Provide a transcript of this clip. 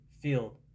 field